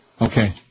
Okay